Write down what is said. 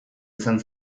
izan